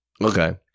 Okay